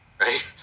right